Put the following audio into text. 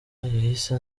yahise